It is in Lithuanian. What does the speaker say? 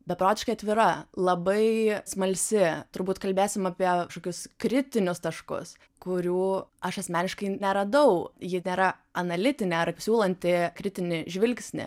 beprotiškai atvira labai smalsi turbūt kalbėsim apie kažkokius kritinius taškus kurių aš asmeniškai neradau ji nėra analitinė ar siūlanti kritinį žvilgsnį